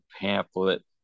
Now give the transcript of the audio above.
pamphlet